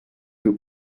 who